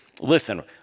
Listen